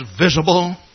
visible